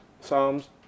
Psalms